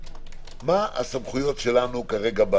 - מה הסמכויות שלנו כרגע?